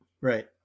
Right